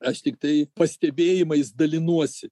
aš tiktai pastebėjimais dalinuosi